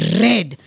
red